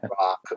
Rock